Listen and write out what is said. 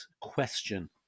question